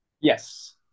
Yes